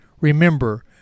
remember